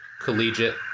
collegiate